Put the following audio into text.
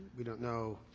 we don't know